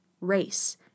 race